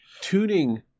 tuning